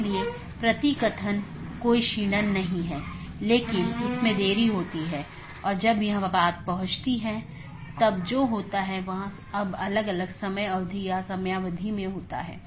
जब एक BGP स्पीकरों को एक IBGP सहकर्मी से एक राउटर अपडेट प्राप्त होता है तो प्राप्त स्पीकर बाहरी साथियों को अपडेट करने के लिए EBGP का उपयोग करता है